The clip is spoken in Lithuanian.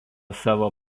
savo